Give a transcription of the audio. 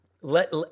let